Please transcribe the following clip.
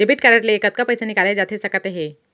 Debit card ले कतका पइसा निकाले जाथे सकत हे?